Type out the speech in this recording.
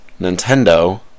nintendo